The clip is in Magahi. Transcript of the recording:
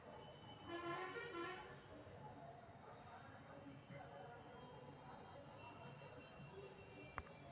निवेश में फायदा के अनिश्चितता होइ छइ